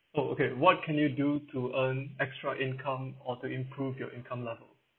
oh okay what can you do to earn extra income or to improve your income level